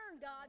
God